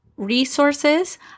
resources